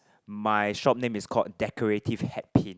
my shop name is called decorative hat pin